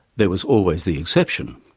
there was always the exception.